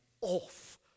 off